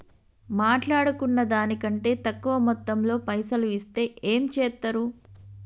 మాట్లాడుకున్న దాని కంటే తక్కువ మొత్తంలో పైసలు ఇస్తే ఏం చేత్తరు?